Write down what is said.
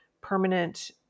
permanent